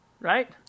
Right